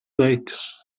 late